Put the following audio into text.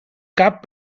cap